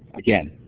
again,